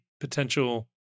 potential